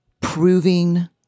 proving